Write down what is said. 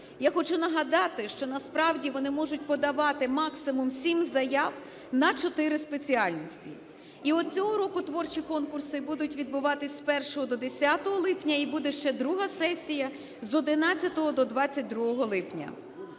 Я хочу нагадати, що насправді вони можуть подавати максимум сім заяв на чотири спеціальності. І от цього року творчі конкурси будуть відбуватися з 1 до 10 липня, і буде ще друга сесія – з 11-го до 22 липня.